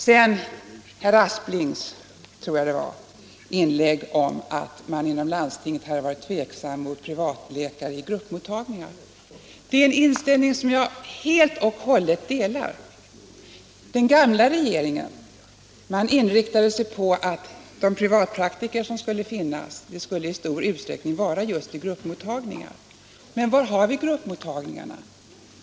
Jag tror att det också var herr Aspling som sade att man inom landstingen hade varit tveksam till privatläkare i gruppmottagningar. Det är en inställning som jag helt och hållet delar. Den gamla regeringen inriktade sig på att de privatpraktiker som skulle få finnas i stor utsträckning skulle finnas just i gruppmottagningar. Men var har vi gruppmottagningarna?